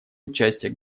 участие